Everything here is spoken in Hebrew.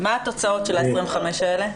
מה התוצאות של ה-25 האלה?